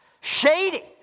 Shady